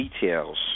details